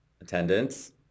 attendance